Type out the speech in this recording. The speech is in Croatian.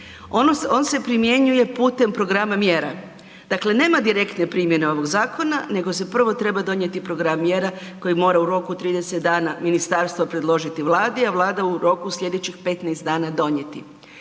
on se primjenjuje putem programa mjera, dakle nema direktne primjene ovog zakona nego se prvo treba donijeti program mjera koje mora u roku od 30 dana ministarstvo predložiti Vladi, a Vlada u roku slijedećih 15 dana donijeti.